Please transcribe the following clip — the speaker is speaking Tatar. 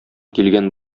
килгән